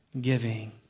giving